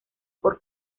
por